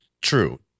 true